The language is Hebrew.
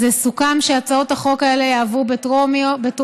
אז סוכם שהצעות החוק האלה יעברו בטרומית,